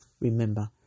Remember